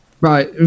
right